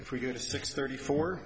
if we go to six thirty four